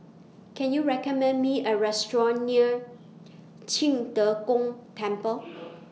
Can YOU recommend Me A Restaurant near Qing De Gong Temple